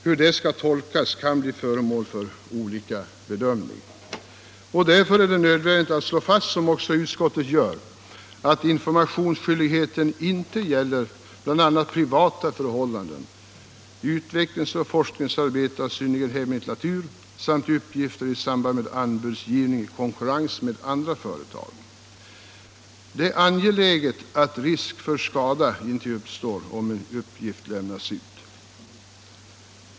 Hur det skall tolkas kan bli föremål för olika bedömning. Därför är det nödvändigt att slå fast, som också utskottet gör, att informationsskyldigheten inte gäller bl.a. privata förhållanden, utvecklingsoch forskningsarbete av synnerligen hemlig natur samt uppgifter i samband med anbudsgivning i konkurrens med andra företag. Det är angeläget att risk för skada inte uppstår om en uppgift lämnas ut.